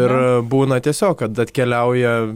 ir būna tiesiog kad atkeliauja